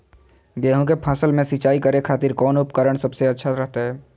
गेहूं के फसल में सिंचाई करे खातिर कौन उपकरण सबसे अच्छा रहतय?